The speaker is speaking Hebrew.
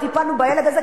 לא טיפלנו בילד הזה,